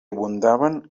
abundaven